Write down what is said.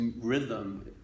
rhythm